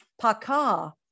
paka